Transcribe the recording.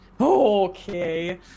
okay